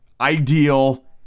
ideal